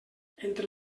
entre